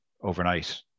overnight